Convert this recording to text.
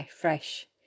fresh